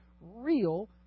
real